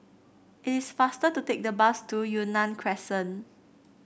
it's faster to take the bus to Yunnan Crescent